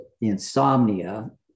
insomnia